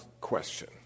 question